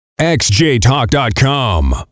xjtalk.com